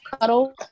cuddle